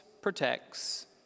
protects